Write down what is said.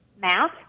math